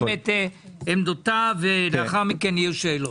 השר יגיד את עמדותיו ולאחר מכן יהיו שאלות.